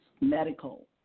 medical